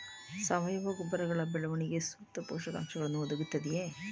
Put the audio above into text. ಸಾವಯವ ಗೊಬ್ಬರಗಳು ಬೆಳೆಗಳಿಗೆ ಸೂಕ್ತ ಪೋಷಕಾಂಶಗಳನ್ನು ಒದಗಿಸುತ್ತವೆಯೇ?